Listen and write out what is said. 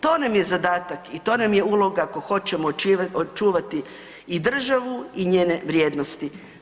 To nam je zadatak i to nam je uloga, ako hoćemo očuvati i državu i njene vrijednosti.